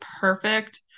perfect